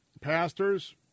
pastors